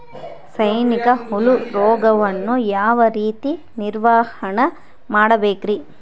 ಸೈನಿಕ ಹುಳು ರೋಗವನ್ನು ಯಾವ ರೇತಿ ನಿರ್ವಹಣೆ ಮಾಡಬೇಕ್ರಿ?